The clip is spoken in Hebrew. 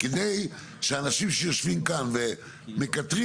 כדי שאנשים שיושבים כאן ומקטרים,